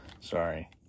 Sorry